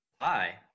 Hi